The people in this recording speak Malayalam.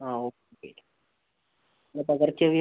ഓക്കെ പകർച്ചവ്യാധി